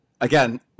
Again